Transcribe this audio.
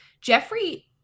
Jeffrey